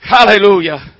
Hallelujah